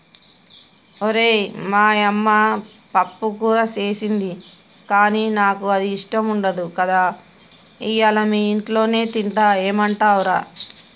ఓరై మా యమ్మ పప్పుకూర సేసింది గానీ నాకు అది ఇష్టం ఉండదు కదా ఇయ్యల మీ ఇంట్లోనే తింటా ఏమంటవ్ రా